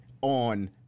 on